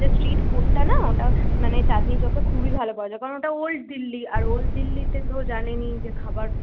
যে স্ট্রিট ফুডটা না ওটা মানে চাঁদনি চকে খুবই ভালো পাওয়া যায় কারণ ওটা ওল্ড দিল্লি আর ওল্ড দিল্লিতে তো জানেনই যে খাবার